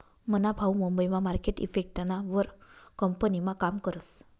मना भाऊ मुंबई मा मार्केट इफेक्टना वर कंपनीमा काम करस